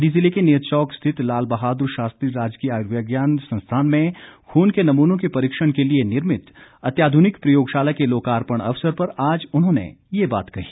मंडी जिले के नेरचौक स्थित लाल बहादुर शास्त्री राजकीय आर्यविज्ञान संस्थान में खून के नमूनों के परीक्षण के लिए निर्मित अत्याधुनिक प्रयोगशाला के लोकार्पण अवसर पर आज उन्होंने ये बात कही